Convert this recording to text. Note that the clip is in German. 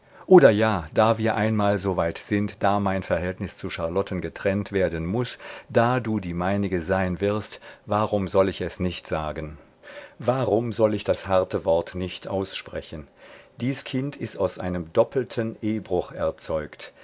oder ja da wir einmal so weit sind da mein verhältnis zu charlotten getrennt werden muß da du die meinige sein wirst warum soll ich es nicht sagen warum soll ich das harte wort nicht aussprechen dies kind ist aus einem doppelten ehbruch erzeugt